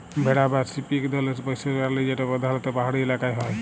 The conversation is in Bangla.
ভেড়া বা শিপ ইক ধরলের পশ্য পেরালি যেট পরধালত পাহাড়ি ইলাকায় হ্যয়